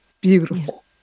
Beautiful